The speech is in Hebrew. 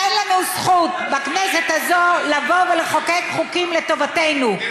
אין לנו זכות בכנסת הזאת לחוקק חוקים לטובתנו.